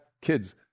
kids